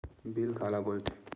Bill काला बोल थे?